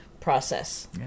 process